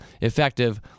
effective